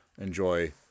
enjoy